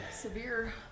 Severe